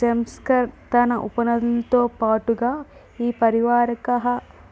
జంస్కార్ తన ఉపనదులతోపాటుగా ఈ పరీవాహక